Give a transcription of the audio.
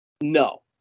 no